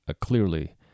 clearly